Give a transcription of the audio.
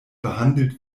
behandelt